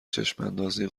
چشماندازی